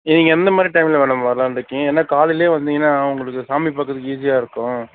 நீங்கள் எந்த மாதிரி டைமில் மேடம் வரலாம்னுருக்கீங்க ஏன்னா காலையிலேயே வந்தீங்கனா உங்களுக்கு சாமி பார்க்குறதுக்கு ஈசியாகயிருக்கும்